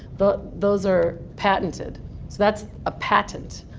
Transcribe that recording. but those are patented. so that's a patent.